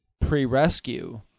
pre-rescue